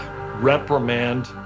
reprimand